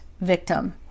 victim